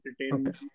entertainment